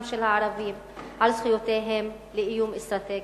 של הערבים על זכויותיהם לאיום אסטרטגי.